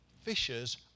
fishers